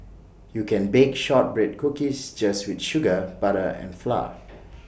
you can bake Shortbread Cookies just with sugar butter and flour